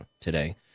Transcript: today